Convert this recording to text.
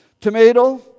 tomato